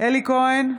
אלי כהן,